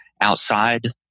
outside